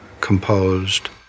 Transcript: composed